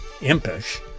impish